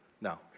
no